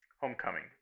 Homecoming